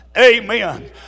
Amen